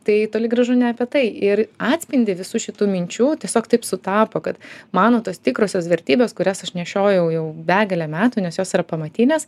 tai toli gražu ne apie tai ir atspindį visų šitų minčių tiesiog taip sutapo kad mano tos tikrosios vertybės kurias aš nešiojau jau begalę metų nes jos yra pamatinės